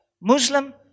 Muslim